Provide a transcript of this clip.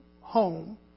home